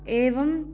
एवं